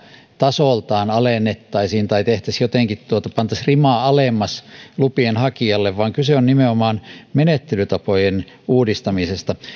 tasoltaan alennettaisiin tai jotenkin pantaisiin rimaa alemmas lupien hakijalle vaan kyse on nimenomaan menettelytapojen uudistamisesta